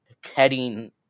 heading